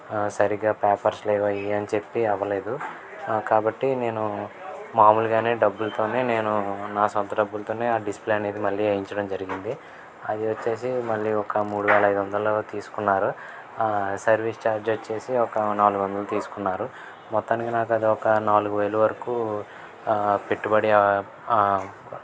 సరిగా పేపర్స్ లేవు అవి అని చెప్పి అవ్వలేదు కాబట్టి నేను మామూలుగా డబ్బులుతో నేను నా సొంత డబ్బులుతో ఆ డిస్ప్లే అనేది మళ్ళీ వేయించడం జరిగింది అది వచ్చి మళ్ళీ ఒక మూడు వేల ఐదు వందలు తీసుకున్నారు సర్వీస్ ఛార్జ్ వచ్చి ఒక నాలుగు వందలు తీసుకున్నారు మొత్తానికి నాకు అది ఒక నాలుగు వేలు వరకు పెట్టుబడి